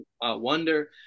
wonder